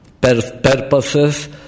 purposes